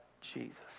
Jesus